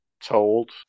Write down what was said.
Told